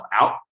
out